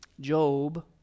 Job